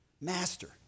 master